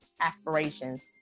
aspirations